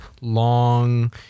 long